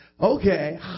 okay